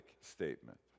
statement